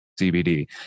CBD